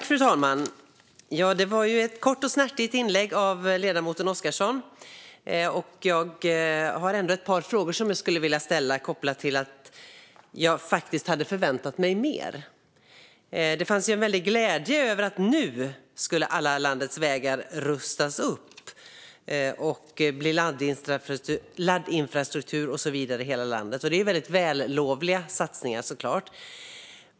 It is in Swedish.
Fru talman! Det var ett kort och snärtigt inlägg av ledamoten Oscarsson. Jag har ändå ett par frågor som jag skulle vilja ställa kopplat till att jag faktiskt hade förväntat mig mer. Det fanns en väldigt stor glädje över att alla landets vägar nu skulle rustas upp, att det skulle bli laddinfrastruktur i hela landet och så vidare. Det är såklart vällovliga satsningar.